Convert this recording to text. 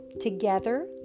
Together